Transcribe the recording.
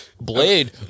Blade